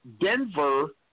Denver